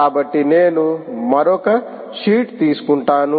కాబట్టి నేను మరొక షీట్ తీసుకుంటాను